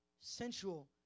sensual